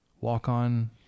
walk-on